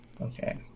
Okay